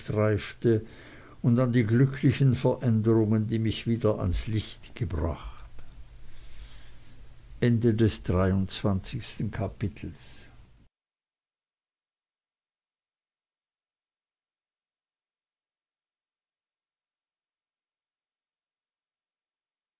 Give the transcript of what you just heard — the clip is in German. streifte und an die glücklichen veränderungen die mich wieder ans licht gebracht